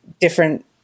different